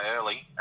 early